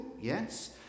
Yes